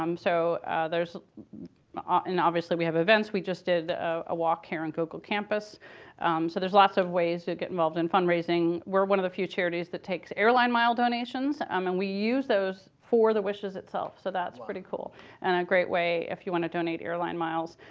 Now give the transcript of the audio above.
um so ah and obviously we have events. we just did a walk on google campus. so there's lots of ways to get involved. and fundraising. we're one of the few charities that takes airline mile donations. um and we use those for the wishes itself. so that's pretty cool and a great way if you want to donate airline miles.